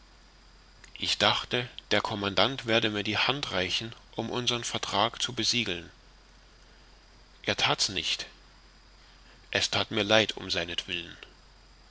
ich dachte der commandant werde mir die hand reichen um unsern vertrag zu besiegeln er that's nicht es that mir leid um seinetwillen